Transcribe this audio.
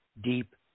deep